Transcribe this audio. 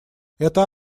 это